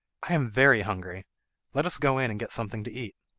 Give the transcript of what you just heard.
i am very hungry let us go in and get something to eat